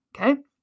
Okay